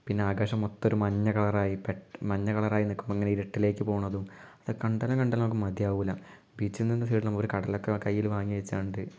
പിന്നെ ആകാശം മൊത്തം ഒരു മഞ്ഞ കളർ ആയി പെട്ട് മഞ്ഞ കളർ ആയി നിൽക്കുമ്പോൾ അങ്ങനെ ഇരുട്ടിലേക്ക് പോവുന്നതും അത് കണ്ടാലും കണ്ടാലും നമുക്ക് മതിയാവില്ല ബീച്ചിൽ നിന്ന് കയറുമ്പോൾ ഒരു കടല ഒക്കെ കയ്യിൽ വാങ്ങി വെച്ചാൽ മതി